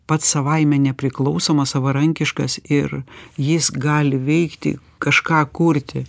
pats savaime nepriklausomas savarankiškas ir jis gali veikti kažką kurti